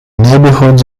neighborhoods